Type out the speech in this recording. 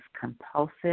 compulsive